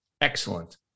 excellent